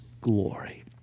glory